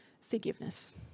forgiveness